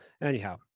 anyhow